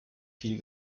viel